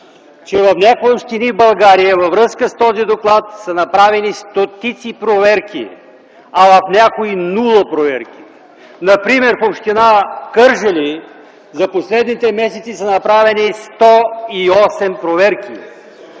че в някои общини в България във връзка с този доклад са направени стотици проверки, а в някои – нула проверки. Например в община Кърджали за последните месеци са направени сто и осем